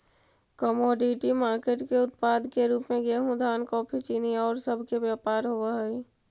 commodity market के उत्पाद के रूप में गेहूं धान कॉफी चीनी औउर सब के व्यापार होवऽ हई